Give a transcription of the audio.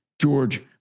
George